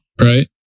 Right